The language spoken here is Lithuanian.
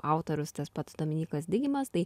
autorius tas pats dominykas digimas tai